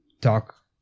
talk